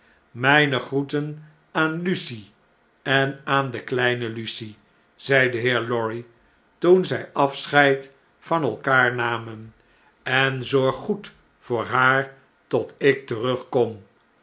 ne groeten aan lucie en aan de kleine lucie zei de heer lorry toen zjj afscheid van elkaar namen en zorg goed voor haar tot ik terugkom